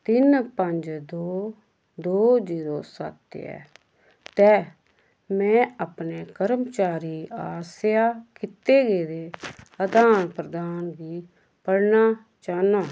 तिन्न पंज दो दो जीरो सत्त ऐ ते में अपने कर्मचारी आसेआ कीते गेदे आदान प्रदान गी पढ़ना चाह्नां